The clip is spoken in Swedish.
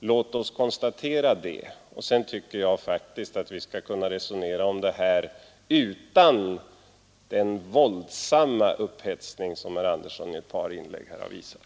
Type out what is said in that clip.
Låt oss konstatera det. Sedan tycker jag faktiskt att vi skall kunna resonera om detta utan den våldsamma upphetsning som herr Andersson i ett par inlägg här har visat.